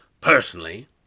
Personally